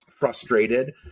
frustrated